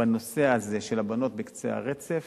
בנושא הזה של הבנות בקצה הרצף